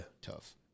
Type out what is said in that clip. tough